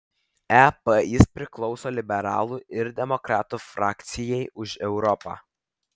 ep jis priklauso liberalų ir demokratų frakcijai už europą